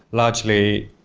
largely,